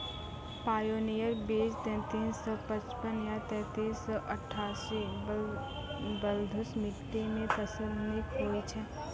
Pioneer बीज तेंतीस सौ पचपन या तेंतीस सौ अट्ठासी बलधुस मिट्टी मे फसल निक होई छै?